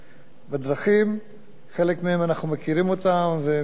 ומקובל לדבר על גורמי האנוש,